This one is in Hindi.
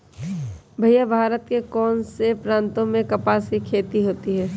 भैया भारत के कौन से प्रांतों में कपास की खेती होती है?